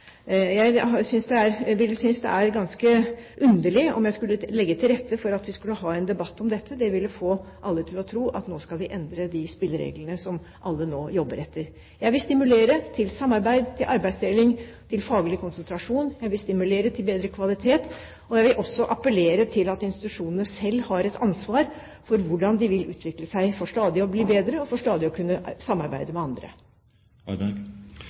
Jeg synes det ville være ganske underlig om jeg skulle legge til rette for at vi skulle ha en debatt om dette. Det ville få alle til å tro at vi nå skal endre de spillereglene som alle nå jobber etter. Jeg vil stimulere til samarbeid, til arbeidsdeling, til faglig konsentrasjon. Jeg vil stimulere til bedre kvalitet, og jeg vil også appellere til institusjonene og si at de har et ansvar for hvordan de vil utvikle seg for stadig å bli bedre og for stadig å kunne samarbeide med